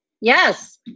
Yes